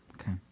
Okay